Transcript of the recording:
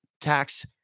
tax